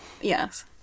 Yes